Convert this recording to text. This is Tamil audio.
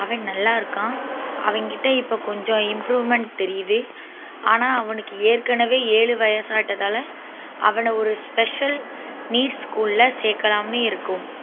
அவன் நல்லா இருக்கான் அவன்கிட்ட இப்போ கொஞ்சம் இம்ப்ரூவ்மெண்ட் தெரியுது ஆனால் அவனுக்கு ஏற்கனவே ஏழு வயசாகிட்டதால அவனை ஒரு ஸ்பெஷல் நீட்ஸ் ஸ்கூல்ல சேர்க்கலாம்னு இருக்கோம்